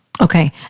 Okay